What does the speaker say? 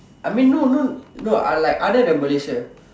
I mean no no no I like other than Malaysia